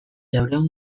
laurehun